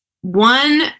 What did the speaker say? One